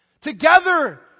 Together